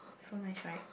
so nice right